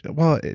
but well,